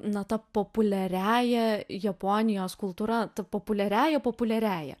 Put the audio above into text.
na ta populiariąja japonijos kultūra ta populiariąja populiariąja